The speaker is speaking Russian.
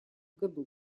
году